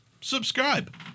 subscribe